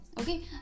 okay